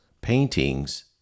paintings